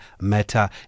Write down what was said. Meta